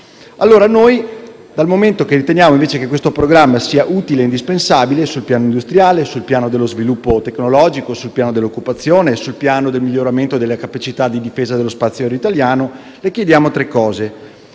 studiando). Dal momento che riteniamo che il programma sia utile e indispensabile sul piano industriale, sul piano dello sviluppo tecnologico, dell'occupazione e del miglioramento delle capacità di difesa dello spazio aereo italiano, le chiediamo tre cose: